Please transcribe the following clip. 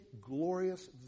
glorious